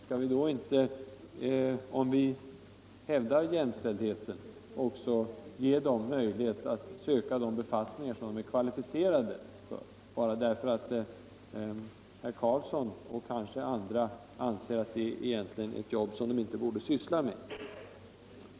Skall vi då inte, om vi hävdar jämställdheten mellan män och kvinnor, också ge dem möjlighet att söka de befattningar som de är kvalificerade för bara därför att herr Carlsson och kanske även andra anser att det är jobb som de egentligen inte borde syssla med?